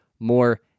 more